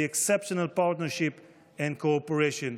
exceptional partnership and cooperation.